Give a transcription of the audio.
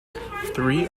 three